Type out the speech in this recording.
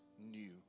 new